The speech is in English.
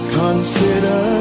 consider